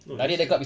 oh that's so